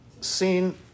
seen